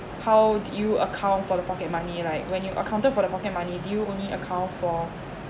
how do you account for the pocket money like when you accounted for the pocket money do you only account for